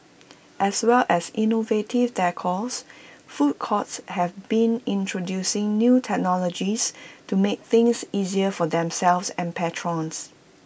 as well as innovative decors food courts have been introducing new technologies to make things easier for themselves and patrons